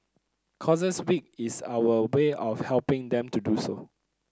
Causes Week is our way of helping them to do so